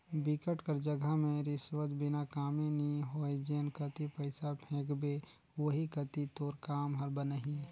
बिकट कर जघा में रिस्वत बिना कामे नी होय जेन कती पइसा फेंकबे ओही कती तोर काम हर बनही